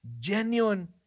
genuine